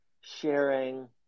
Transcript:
sharing